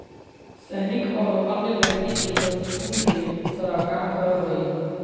सैनिक औरो अन्य व्यक्ति के प्रतिकूल के तरह काम करो हइ